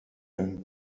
and